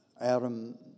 Adam